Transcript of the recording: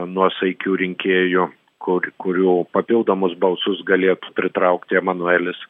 nuosaikių rinkėjų kur kurių papildomus balsus galėtų pritraukti emanuelis